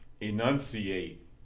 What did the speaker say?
enunciate